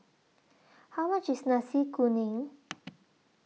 How much IS Nasi Kuning